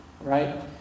right